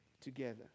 together